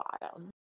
bottom